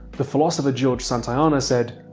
the philosopher george santayana said,